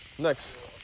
Next